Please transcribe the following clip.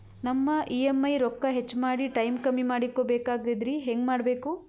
ನಮ್ಮ ಇ.ಎಂ.ಐ ರೊಕ್ಕ ಹೆಚ್ಚ ಮಾಡಿ ಟೈಮ್ ಕಮ್ಮಿ ಮಾಡಿಕೊ ಬೆಕಾಗ್ಯದ್ರಿ ಹೆಂಗ ಮಾಡಬೇಕು?